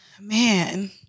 man